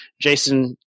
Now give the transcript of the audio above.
Jason –